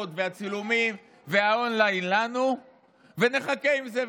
והצילומים והאון-ליין ונחכה עם זה,